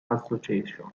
association